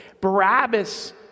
Barabbas